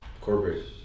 Corporate